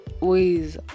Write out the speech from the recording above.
ways